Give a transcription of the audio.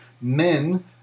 men